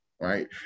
right